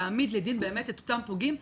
להעמיד לדין באמת את אותם פוגעים,